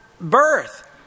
birth